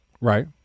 right